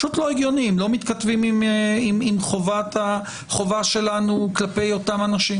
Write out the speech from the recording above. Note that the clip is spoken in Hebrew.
לא מתכתבים עם החובה שלנו כלפי אותם אנשים.